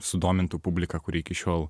sudomintų publiką kuri iki šiol